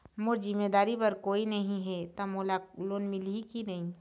मोर जिम्मेदारी बर कोई नहीं हे त मोला लोन मिलही की नहीं?